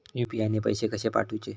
UPI ने पैशे कशे पाठवूचे?